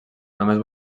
només